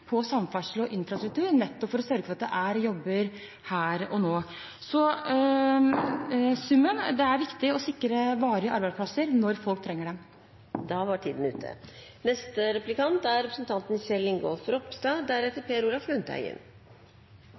på samferdsel og infrastruktur, nettopp for å sørge for at det finnes jobber her og nå. I sum: Det er viktig å sørge for varige arbeidsplasser når folk trenger det. Jeg vil i likhet med statsråden også understreke at det er